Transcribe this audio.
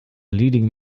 leading